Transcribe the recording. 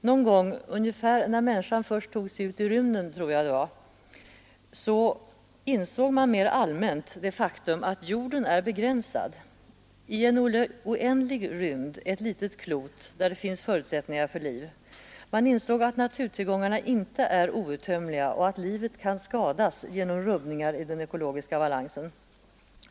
Någon gång, ungefär när människan först tog sig ut i rymden tror jag det var, insåg man mera allmänt det faktum att jorden är begränsad i en oändlig rymd ett litet klot, där det finns förutsättningar för liv. Man insåg att naturtillgångarna inte är outtömliga och att livet kan skadas genom rubbningar i den ekologiska balansen.